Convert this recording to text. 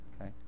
Okay